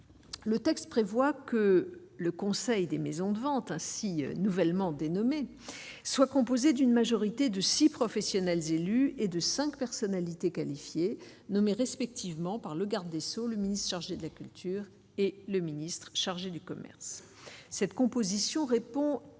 le texte prévoit que le Conseil des maisons de vente nouvellement dénommée soit composé d'une majorité de six, professionnels, élus et de 5 personnalités qualifiées nommées respectivement par le garde des Sceaux, le ministre chargé de la culture et le ministre chargé du commerce, cette composition répond à